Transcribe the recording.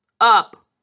up